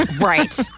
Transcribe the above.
Right